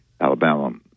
Alabama